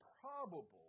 probable